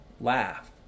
Laugh